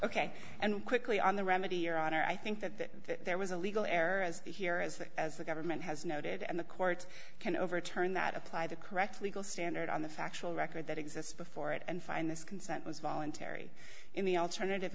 ok and quickly on the remedy your honor i think that there was a legal error as here as as the government has noted and the court can overturn that apply the correct legal standard on the factual record that exists before it and find this consent was voluntary in the alternative